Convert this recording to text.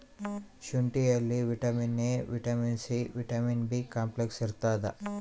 ಶುಂಠಿಯಲ್ಲಿ vitamin A vitamin C vitamin B complex ಇರ್ತಾದ